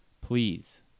Please